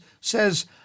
says